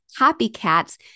copycats